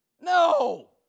No